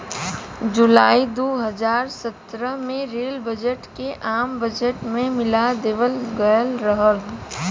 जुलाई दू हज़ार सत्रह में रेल बजट के आम बजट में मिला देवल गयल रहल